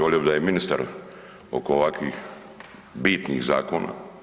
Volio bih da je ministar oko ovako bitnih zakona.